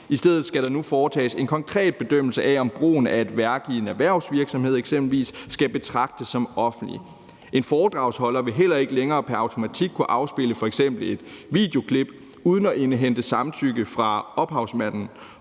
I stedet skal der nu foretages en konkret bedømmelse af, om brugen af et værk i eksempelvis en erhvervsvirksomhed skal betragtes som offentlig. En foredragsholder vil heller ikke længere pr. automatik kunne afspille f.eks. et videoklip uden at indhente samtykke fra ophavsmanden,